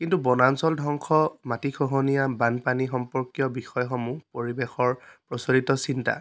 কিন্তু বনাঞ্চল ধ্বংস মাটি খহনীয়া বানপানী সম্পৰ্কীয় বিষয়সমূহ পৰিৱেশৰ প্ৰচলিত চিন্তা